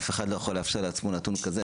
אף אחד לא יכול לאפשר לעצמו נתון כזה.